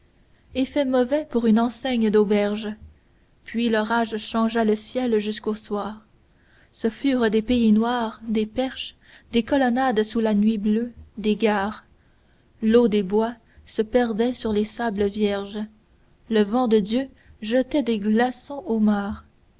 suer effet mauvais pour une enseigne d'auberge puis l'orage changea le ciel jusqu'au soir ce furent des pays noirs des perches des colonnades sous la nuit bleue des gares l'eau des bois se perdait sur les sables vierges le vent de dieu jetait des glaçons